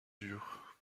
durs